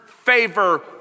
Favor